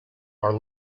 are